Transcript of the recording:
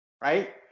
right